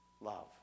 love